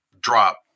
drop